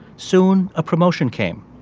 soon, a promotion came.